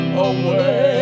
away